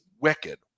wicked